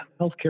healthcare